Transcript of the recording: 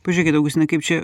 pažiūrėkit augustinai kaip čia